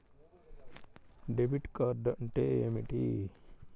Debit card అంటే ఏమిటి?